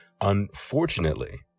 unfortunately